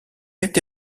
été